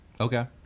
Okay